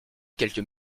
quelques